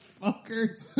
fuckers